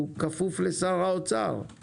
הוא כפוף לשר האוצר.